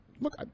Look